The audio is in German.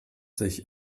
sich